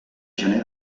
gener